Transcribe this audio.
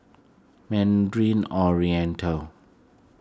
Mandarin Oriental